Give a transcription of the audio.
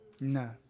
No